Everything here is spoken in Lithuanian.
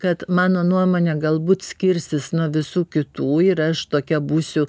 kad mano nuomone galbūt skirsis nuo visų kitų ir aš tokia būsiu